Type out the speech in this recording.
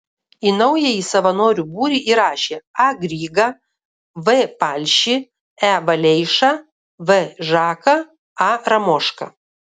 į naująjį savanorių būrį įrašė a grygą v palšį e valeišą v žaką a ramošką